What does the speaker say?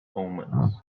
omens